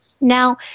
Now